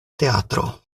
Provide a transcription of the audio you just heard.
teatro